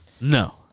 No